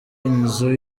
inzu